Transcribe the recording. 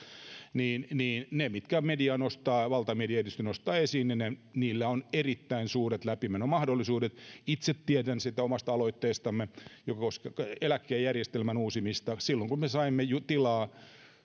niillä mitkä media valtamedia erityisesti nostaa esiin on erittäin suuret läpimenomahdollisuudet itse tiedän omasta aloitteestamme joka koski eläkejärjestelmän uusimista että kun me saimme tilaa